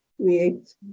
create